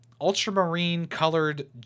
ultramarine-colored